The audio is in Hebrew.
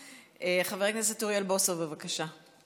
חבר הכנסת אוריאל בוסו, בבקשה.